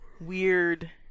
weird